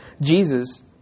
Jesus